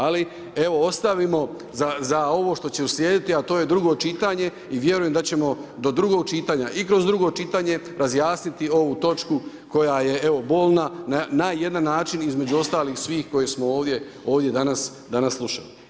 Ali evo ostavimo za ovo što će uslijediti a to je drugo čitanje i vjerujem da ćemo do drugog čitanja i kroz drugo čitanje razjasniti ovu točku koja je evo bolna na jedan način između ostalih svih koje smo ovdje, ovdje danas slušali.